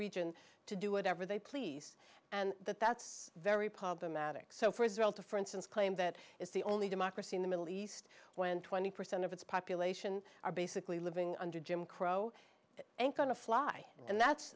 region to do whatever they please and that that's very problematic so for israel to for instance claim that it's the only democracy in the middle east when twenty percent of its population are basically living under jim crow and kind of fly and that's